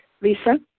Lisa